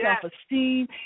self-esteem